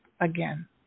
again